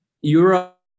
Europe